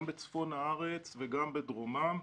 גם בצפון הארץ וגם בדרומה,